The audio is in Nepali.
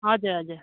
हजुर हजुर